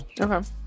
Okay